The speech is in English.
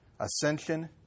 Ascension